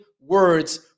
words